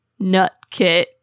Nutkit